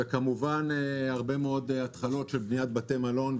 כמובן, התחלות רבות של בניית בתי מלון.